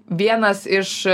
vienas iš